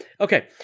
Okay